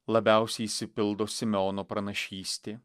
labiausiai išsipildo simeono pranašystė